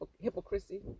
hypocrisy